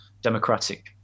democratic